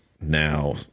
now